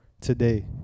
today